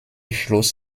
schloss